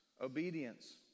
obedience